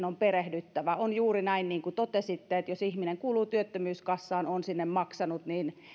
on perehdyttävä on juuri näin kuin totesitte että jos ihminen kuuluu työttömyyskassaan on sinne maksanut